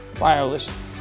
wireless